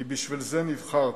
כי בשביל זה נבחרת.